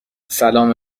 سلام